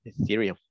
Ethereum